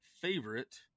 favorite